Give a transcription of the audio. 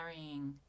carrying